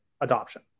adoption